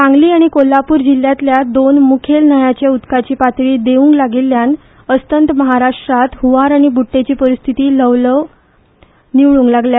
सांगली आनी कोल्हापूर जिल्ल्यातल्या दोन मुखेल न्हयाचे उदकाची पातळी देवूंक लागिल्ल्यान अस्तंत महाराष्ट्रान हंवार आनी बुट्टेची परिस्थिती ल्हवल्हव निवळुंक लागल्या